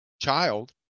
child